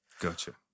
Gotcha